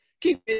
keep